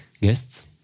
guests